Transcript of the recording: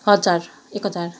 हजार एक हजार